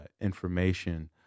information